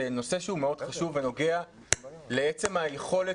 זה נושא שהוא מאוד חשוב והוא נוגע לעצם היכולת